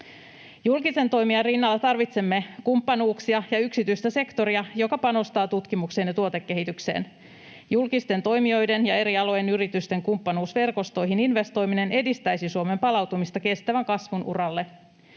Julkisen toimijan rinnalla tarvitsemme kumppanuuksia ja yksityistä sektoria, joka panostaa tutkimukseen ja tuotekehitykseen. Julkisten toimijoiden ja eri alojen yritysten kumppanuusverkostoihin investoiminen edistäisi Suomen palautumista kestävän kasvun uralle.